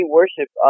worship